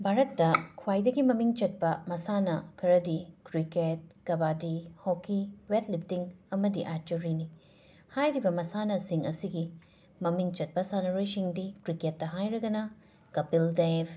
ꯕꯥꯔꯠꯇ ꯈ꯭ꯋꯥꯏꯗꯒꯤ ꯃꯃꯤꯡ ꯆꯠꯄ ꯃꯁꯥꯟꯅ ꯈꯔꯗꯤ cricket kabaddi hockey weight lifting ꯑꯃꯗꯤ ꯑꯥꯔꯆꯔꯤꯅꯤ ꯍꯥꯏꯔꯤꯕ ꯃꯁꯥꯟꯅꯁꯤꯡ ꯑꯁꯤꯒꯤ ꯃꯃꯤꯡ ꯆꯠꯄ ꯁꯥꯟꯅꯔꯣꯏꯁꯤꯡꯗꯤ ꯀ꯭ꯔꯤꯀꯦꯠꯇ ꯍꯥꯏꯔꯒꯅ ꯀꯄꯤꯜ ꯗꯦꯐ